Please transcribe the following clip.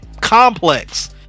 Complex